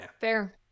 fair